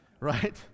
right